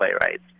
playwrights